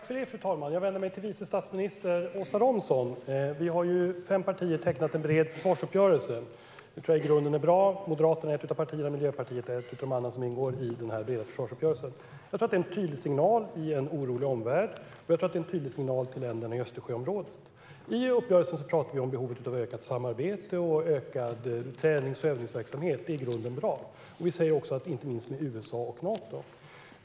Fru talman! Jag vänder mig till vice statsminister Åsa Romson. Vi har, fem partier, tecknat en bred försvarsuppgörelse. Det tror jag i grunden är bra. Moderaterna är ett av partierna, och Miljöpartiet är ett av de andra partier som ingår i denna breda försvarsuppgörelse. Jag tror att det är en tydlig signal i en orolig omvärld, och jag tror att det är en tydlig signal till länderna i Östersjöområdet. I uppgörelsen talar vi om behovet av ökat samarbete och ökad tränings och övningsverksamhet. Det är i grunden bra. Vi säger också att det gäller inte minst med USA och Nato.